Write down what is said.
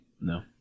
No